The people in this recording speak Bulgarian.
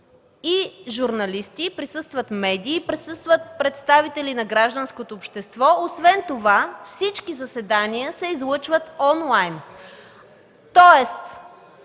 журналисти, присъстват медии, присъстват представители на гражданското общество. Освен това всички заседания се излъчват онлайн. Тоест,